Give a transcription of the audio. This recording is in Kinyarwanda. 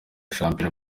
shampiona